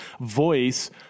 voice